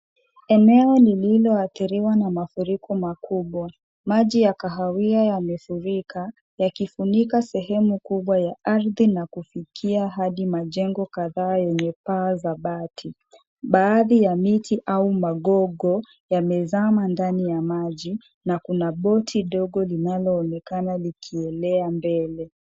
Eneo lililoathiriwa na mafuriko makubwa. Maji ya kahawia yamefurika yakifunika sehemu kubwa ya ardhi na kufikia hadi majengo kadhaa yenye paa za bati. Baadhi ya miti au magogo yamezama ndani ya maji na kuna boti dogo linaloonekana likielea mbele.